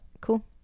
Cool